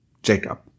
Jacob